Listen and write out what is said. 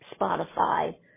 Spotify